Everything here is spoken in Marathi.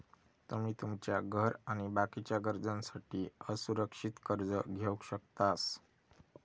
तुमी तुमच्या घर आणि बाकीच्या गरजांसाठी असुरक्षित कर्ज घेवक शकतास